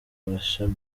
bashabe